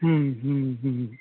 हुँ हुँ हुँ